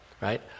Right